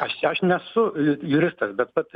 aš čia aš nesu juristas bet bet